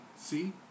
See